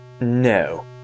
No